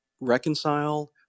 reconcile